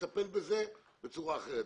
נטפל בזה בצורה אחרת.